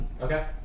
Okay